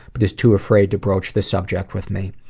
but is too afraid to broach the subject with me.